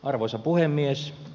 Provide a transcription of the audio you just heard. arvoisa puhemies